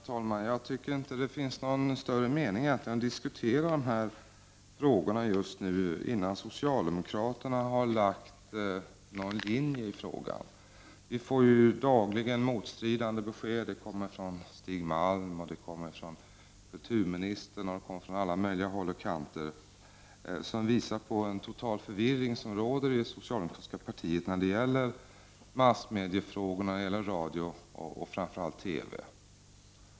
Herr talman! Jag tycker egentligen inte att det är någon större mening med att diskutera de här frågorna just nu, innan socialdemokraterna har angivit en linje i frågan. Vi får dagligen motstridiga besked. De kommer från Stig Malm, från kulturministern och från alla möjliga håll och kanter och visar på den totala förvirring som råder i det socialdemokratiska partiet när det gäller massmediefrågorna, radio och framför allt TV.